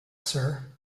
sir